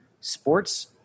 sports